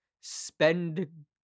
spend